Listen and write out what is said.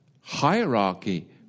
hierarchy